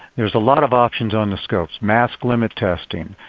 there are a lot of options on the scopes. mask limit testing,